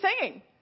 singing